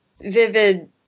vivid